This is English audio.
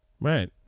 Right